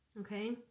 Okay